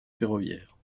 ferroviaire